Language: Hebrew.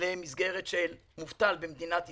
למסגרת של מובטל במדינת ישראל.